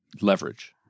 leverage